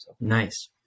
Nice